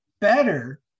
better